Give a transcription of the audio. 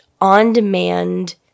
on-demand